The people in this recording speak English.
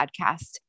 podcast